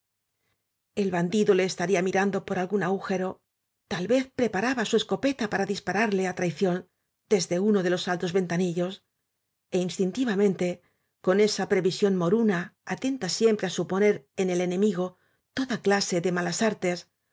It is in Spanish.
el bandido le estaría mirando por algún agujero tal vez preparaba su escopeta para dispararle á traición desde uno de los altos ventanillos é instintivamente con esa pre visión moruna atenta siempre á suponer en el enemigo toda clase de malas artes